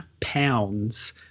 pounds